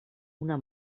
una